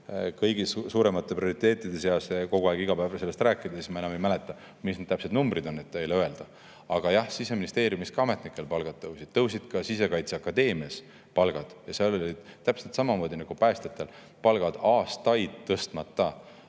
kõige suuremate prioriteetide seas ei olnud kogu aeg iga päev sellest rääkida, siis ma enam ei mäleta, mis need täpsed numbrid on, et teile öelda. Aga jah, Siseministeeriumis ametnike palgad tõusid, tõusid ka Sisekaitseakadeemias, seal olid täpselt samamoodi nagu päästjatel palgad olnud aastaid tõstmata.